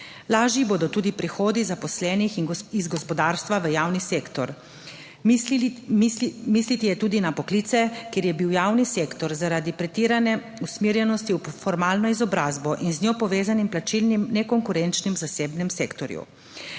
lažji bodo tudi prehodi zaposlenih iz gospodarstva v javni sektor. Misliti tudi na poklice, kjer je bil javni sektor zaradi pretirane usmerjenosti v formalno izobrazbo in z njo povezanim plačilnim nekonkurenčnim v zasebnem sektorju